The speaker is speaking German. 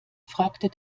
fragte